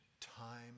time